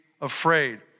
afraid